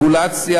יצטרכו,